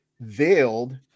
veiled